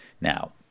now